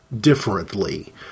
differently